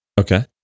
Okay